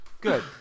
Good